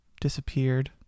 disappeared